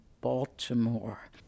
Baltimore